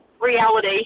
reality